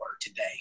today